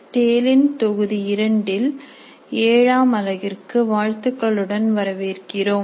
டேலின் தொகுதி இரண்டில் ஏழாம் அலகிற்கு வாழ்த்துக்களுடன் வரவேற்கிறோம்